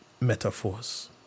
metaphors